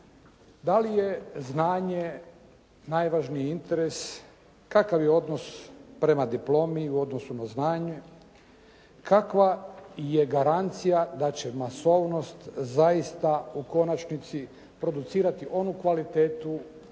da li je znanje najvažniji interes, kakav je odnos prema diplomi u odnosu na znanje, kakva je garancija da će masovnost zaista u konačnici producirati onu kvalitetu